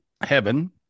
heaven